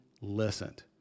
listened